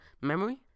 memory